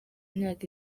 imyaka